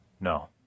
no